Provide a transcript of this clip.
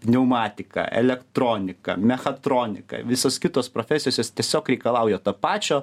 pneumatika elektronika mechatronika visos kitos profesijos jos tiesiog reikalauja to pačio